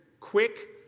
quick